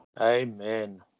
Amen